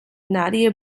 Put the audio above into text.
nadia